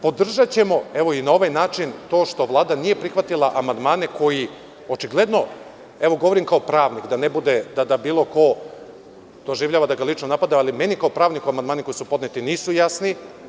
Podržaćemo evo i na ovaj način to što vlada nije prihvatila amandmane koji očigledno, evo govorim kao pravnik, da ne bude da bilo ko doživljava da ga lično napadam, ali meni kao pravniku amandmani koji su podneti nisu jasni.